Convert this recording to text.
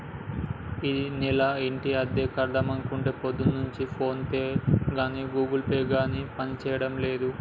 ఈనెల ఇంటి అద్దె కడదామంటే పొద్దున్నుంచి ఫోన్ పే గాని గూగుల్ పే గాని పనిచేయడం లేదు